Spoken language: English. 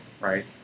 right